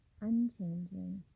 unchanging